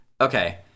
Okay